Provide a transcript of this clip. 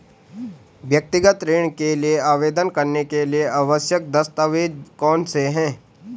व्यक्तिगत ऋण के लिए आवेदन करने के लिए आवश्यक दस्तावेज़ कौनसे हैं?